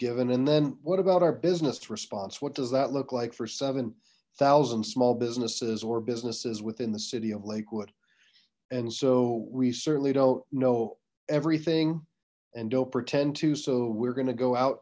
given and then what about our business response what does that look like for seven thousand small businesses or businesses within the city of lakewood and so we certainly don't know everything and don't pretend to so we're gonna go out